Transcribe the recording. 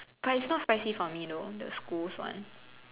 but it's not spicy for me though the school's one